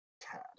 tad